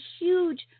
huge